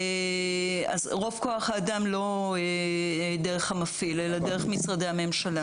רוב כוח-האדם לא דרך המפעיל אלא דרך משרדי הממשלה.